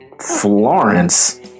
Florence